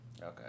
Okay